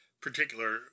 particular